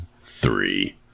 Three